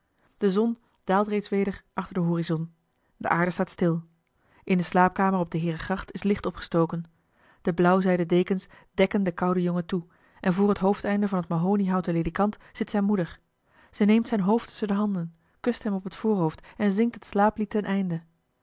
de zon daalt reeds weder achter den horizon de aarde staat stil in de slaapkamer op de heerengracht is licht opgestoken de blauwzijden dekens dekken den kouden jongen toe en voor t hoofdeinde van het mahoniehouten ledikant zit zijne moeder ze neemt zijn hoofd tusschen de handen kust hem op het voorhoofd en zingt het slaaplied ten einde